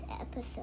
episode